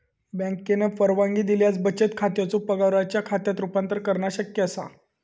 बँकेन परवानगी दिल्यास बचत खात्याचो पगाराच्यो खात्यात रूपांतर करणा शक्य असा